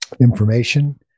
information